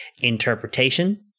interpretation